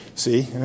See